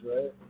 right